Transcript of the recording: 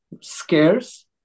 scarce